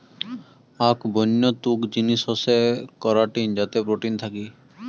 আক বন্য তুক জিনিস হসে করাটিন যাতে প্রোটিন থাকি